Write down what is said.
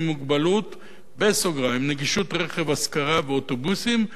מוגבלות (נגישות רכב השכרה ואוטובוסים),